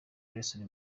nelson